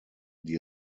die